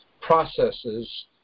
processes